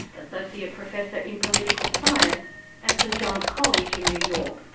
associate professor in political science at st john's college in new york,